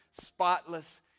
spotless